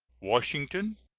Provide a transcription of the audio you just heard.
washington,